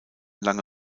lange